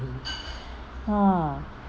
ha